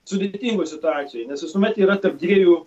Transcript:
sudėtingoj situacijoj nes visuomet yra tarp dviejų